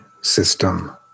system